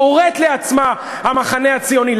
קוראת לעצמה "המחנה הציוני".